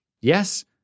yes